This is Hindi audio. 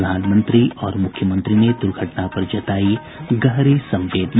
प्रधानमंत्री और मुख्यमंत्री ने दुर्घटना पर जतायी गहरी संवेदना